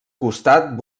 costat